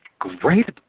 great